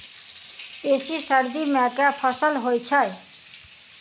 बेसी सर्दी मे केँ फसल होइ छै?